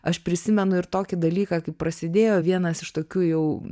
aš prisimenu ir tokį dalyką kai prasidėjo vienas iš tokių jau